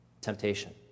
Temptation